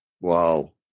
Wow